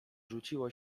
rzuciło